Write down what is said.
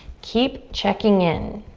keep checking in.